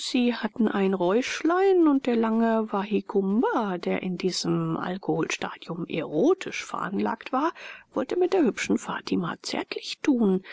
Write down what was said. hatten ein räuschlein und der lange wahikuma der in diesem alkoholstadium erotisch veranlagt war wollte mit der hübschen fatima zärtlich tun